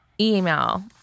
email